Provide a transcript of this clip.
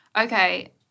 okay